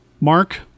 Mark